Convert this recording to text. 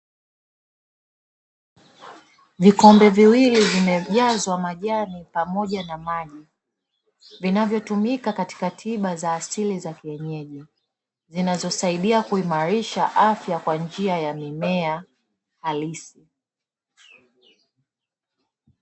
Vikombe viwili vimejazwa majani pamoja na maji, vinavyotumika katika tiba za asili za kienyeji zinazosaidia kuimarisha afya kwa njia ya mimea halisi.